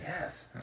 Yes